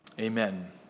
amen